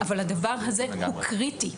אבל הדבר הזה הוא קריטי,